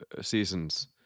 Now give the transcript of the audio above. seasons